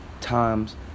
times